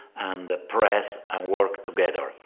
and ah press and work together.